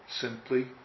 simply